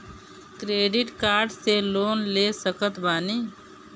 Credit card से loan ले सकत बानी?